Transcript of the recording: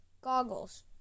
Goggles